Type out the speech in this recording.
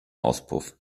auspuff